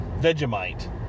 Vegemite